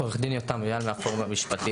הפורום המשפטי